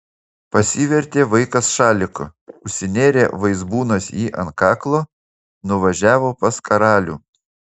pasivertė vaikas šaliku užsinėrė vaizbūnas jį ant kaklo nuvažiavo pas karalių